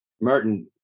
Merton